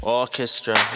orchestra